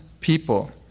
people